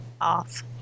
off